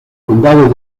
condado